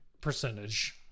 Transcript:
percentage